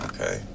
Okay